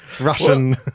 Russian